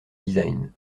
design